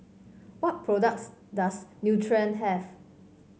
what products does Nutren have